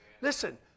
Listen